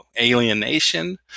alienation